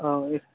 औ